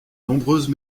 nombreuses